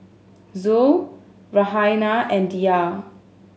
Zul Raihana and Dhia